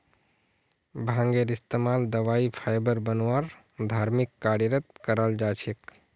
भांगेर इस्तमाल दवाई फाइबर बनव्वा आर धर्मिक कार्यत कराल जा छेक